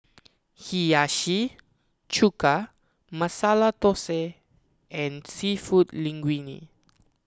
Hiyashi Chuka Masala Dosa and Seafood Linguine